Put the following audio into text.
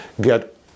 get